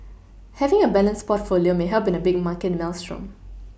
having a balanced portfolio may help in a big market maelstrom